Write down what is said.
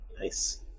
nice